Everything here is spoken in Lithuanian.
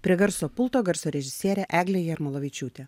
prie garso pulto garso režisierė eglė jarmolavičiūtė